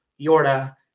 Yorda